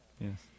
Yes